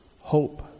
hope